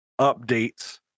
updates